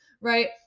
right